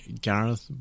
gareth